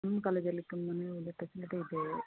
ನಮ್ಮ ಕಾಲೇಜಲ್ಲಿ ತುಂಬನೆ ಒಳ್ಳೆಯ ಫೆಸಿಲಿಟಿ ಇದೆ